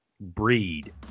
Breed